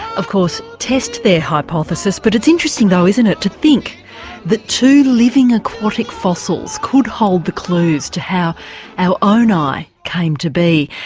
of course, test their hypothesis, but it's interesting though, isn't it, to think that two living aquatic fossils could hold the clues to how our own eye came to be.